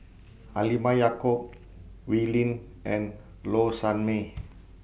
Halimah Yacob Wee Lin and Low Sanmay